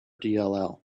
dll